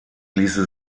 ließe